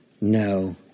no